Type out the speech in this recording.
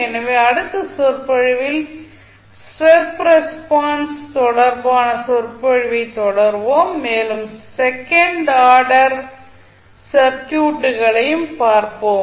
எனவே அடுத்த சொற்பொழிவில் ஸ்டெப் ரெஸ்பான்ஸ் தொடர்பான சொற்பொழிவைத் தொடருவோம் மேலும் செகென்ட் ஆர்டர் சர்க்யூட்களையும் பார்ப்போம்